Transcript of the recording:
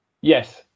Yes